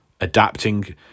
adapting